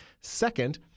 Second